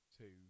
two